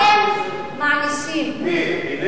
האם מענישים על, מי?